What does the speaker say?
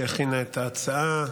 שהכינה את ההצעה,